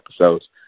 episodes